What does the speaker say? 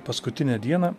paskutinę dieną